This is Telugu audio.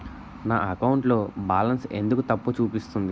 నా అకౌంట్ లో బాలన్స్ ఎందుకు తప్పు చూపిస్తుంది?